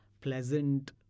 pleasant